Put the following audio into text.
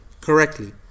correctly